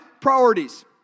priorities